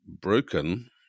broken